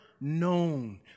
known